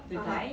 (uh huh)